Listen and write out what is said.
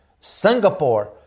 Singapore